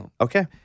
Okay